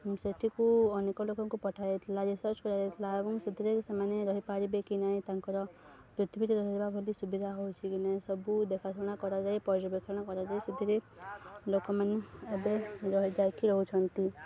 ସେଠିକୁ ଅନେକ ଲୋକଙ୍କୁ ପଠାଯାଇଥିଲା ରିସର୍ଚ କରାଯାଇଥିଲା ଏବଂ ସେଥିରେ ସେମାନେ ରହିପାରିବେ କି ନାଇଁ ତାଙ୍କର ପୃଥିବୀରେ ରହିବା ବୋଲି ସୁବିଧା ହେଉଛି କି ନାଇଁ ସବୁ ଦେଖାଶୁଣା କରାଯାଇ ପର୍ଯ୍ୟବେକ୍ଷଣ କରାଯାଇ ସେଥିରେ ଲୋକମାନେ ଏବେ ରହି ଯାଇକି ରହୁଛନ୍ତି